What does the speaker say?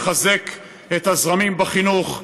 לחזק את הזרמים בחינוך,